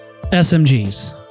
SMGs